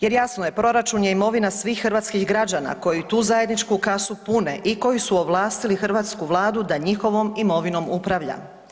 Jer jasno je, proračun je imovina svih hrvatskih građana koji tu zajedničku kasu pune i koji su ovlastili hrvatsku Vladu da njihovom imovinom upravlja.